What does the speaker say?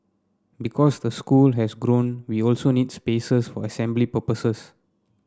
because the school has grown we also needs spaces for assembly purposes